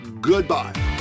goodbye